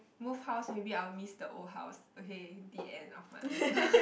move house already I'll miss the old house okay the end of my answer